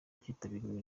cyitabiriwe